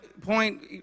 point